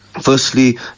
Firstly